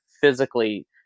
physically